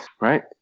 right